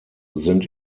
sind